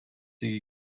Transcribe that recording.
iki